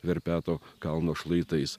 verpeto kalno šlaitais